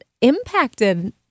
impacted